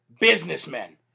businessmen